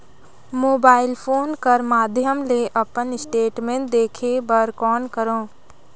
Mobile phone कर माध्यम ले अपन स्टेटमेंट देखे बर कौन करों?